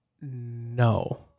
No